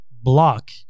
Block